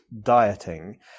dieting